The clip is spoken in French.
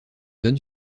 donne